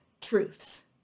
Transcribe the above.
truths